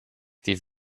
die